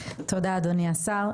תודה, אדוני השר.